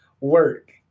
work